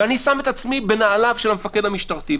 ואני שם את עצמי בנעליו של המפקד המשטרתי,